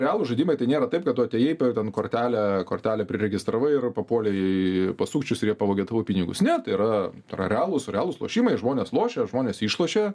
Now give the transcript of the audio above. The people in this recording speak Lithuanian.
realūs žaidimai tai nėra taip kad tu atėjai ten kortelę kortelę priregistravai ir papuolei į pas sukčius ir jie pavogė tavo pinigus ne tai yra tai yra realūs realūs lošimai žmonės lošia žmonės išlošia